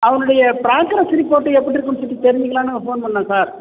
அவனுடைய progress report எப்படி இருக்குன்னு சொல்லிட்டு தெரிஞ்சிக்கலான்னு ஃபோன் பண்ணன் சார்